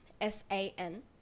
s-a-n